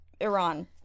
iran